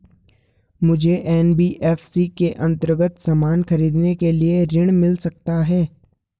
मुझे एन.बी.एफ.सी के अन्तर्गत सामान खरीदने के लिए ऋण मिल सकता है?